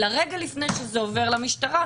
אלא רגע לפני שזה עובר למשטרה,